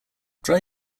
drive